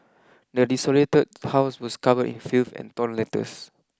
the desolated house was covered in filth and torn letters